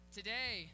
Today